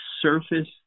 surface